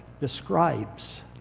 describes